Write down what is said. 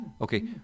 Okay